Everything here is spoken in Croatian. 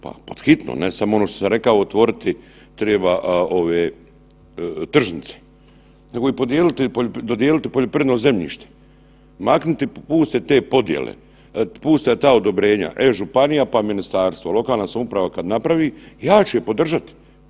Pa pod hitno, ne samo ono što sam rekao otvoriti treba ove tržnice, nego i podijeliti, dodijeliti poljoprivredno zemljište, maknuti puste te podjele, pusta ta odobrenja e-županija, pa ministarstvo, lokalna samouprava kad napravi ja ću je podržat.